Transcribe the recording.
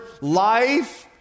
life